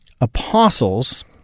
apostles